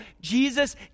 Jesus